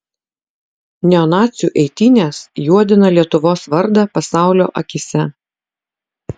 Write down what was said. neonacių eitynės juodina lietuvos vardą pasaulio akyse